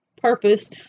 Purpose